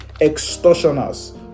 extortioners